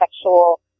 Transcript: sexual